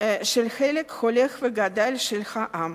הולך וגדל של העם.